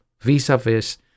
vis-a-vis